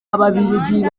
ababiligi